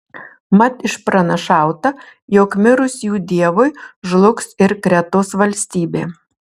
mat išpranašauta jog mirus jų dievui žlugs ir kretos valstybė